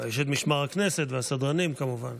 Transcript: יש את משמר הכנסת והסדרנים, כמובן.